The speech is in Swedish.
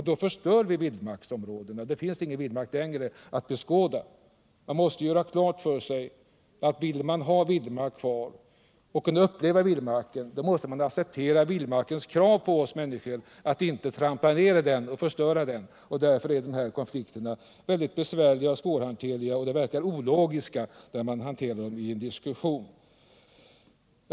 Men då förstör vi vildmarksområdena, då finns det inte längre någon vildmark att beskåda. Man måste göra klart för sig att vill man kunna uppleva vildmarken, måste man acceptera vildmarkens krav på oss människor. Den här konflikten är besvärlig och svårhanterlig, och det verkar ologiskt när man talar om den i en diskussion.